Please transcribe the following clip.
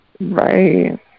Right